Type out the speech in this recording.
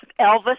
Elvis